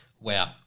wow